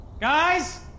Guys